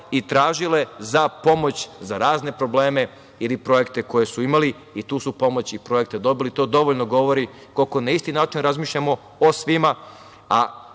i tražile za pomoć za razne probleme ili projekte koje su imali i tu su pomoć i projekte dobili. To dovoljno govori koliko na isti način razmišljamo o